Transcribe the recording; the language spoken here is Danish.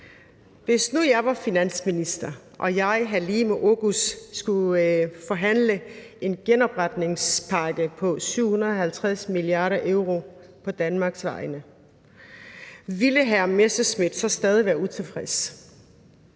Hvis nu jeg var finansminister og jeg, Halime Oguz, skulle forhandle en genopretningspakke på 750 mia. euro på Danmarks vegne, ville hr. Morten Messerschmidt så stadig være utilfreds?